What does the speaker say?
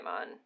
on